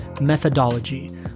methodology